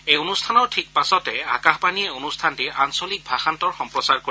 এই অনুষ্ঠানৰ ঠিক পাছতে আকাশবাণীয়ে অনুষ্ঠানটিৰ আঞ্চলিক ভাষান্তৰ সম্প্ৰচাৰ কৰিব